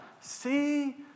See